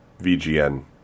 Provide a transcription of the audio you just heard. VGN